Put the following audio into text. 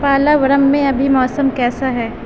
پالاورم میں ابھی موسم کیسا ہے